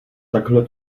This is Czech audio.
takhle